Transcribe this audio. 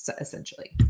essentially